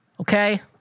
Okay